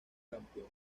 campeón